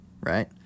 right